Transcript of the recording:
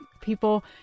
people